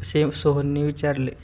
असे सोहनने विचारले